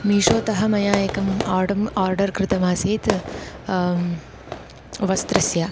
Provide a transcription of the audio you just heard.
मीशोतः मया एकं order order कृतमासीत् वस्त्रस्य